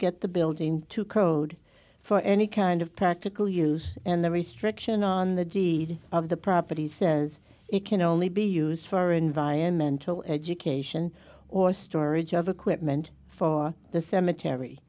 get the building to code for any kind of practical use and the restriction on the deed of the property says it can only be used for environmental education or storage of equipment for the cemetary